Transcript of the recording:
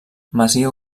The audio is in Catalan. masia